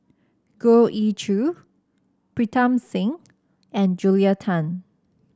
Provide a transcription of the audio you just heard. Goh Ee Choo Pritam Singh and Julia Tan